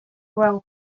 weld